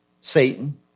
Satan